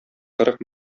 кырык